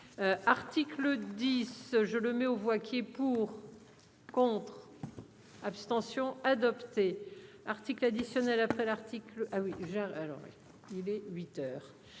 Article 10 je le mets aux voix qui est pour. Contre. Abstention, adopté article additionnel après l'article. Ah oui j'alors il est